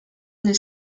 nel